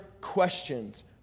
questions